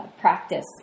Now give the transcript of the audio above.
practice